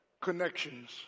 connections